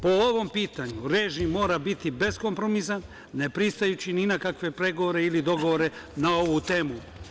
Po ovom pitanju režim mora biti beskompromisan, ne pristajući ni na kakve pregovore ili dogovore na ovu temu.